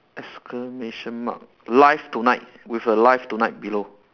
exclamation mark live tonight with a live tonight below